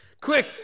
Quick